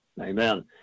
Amen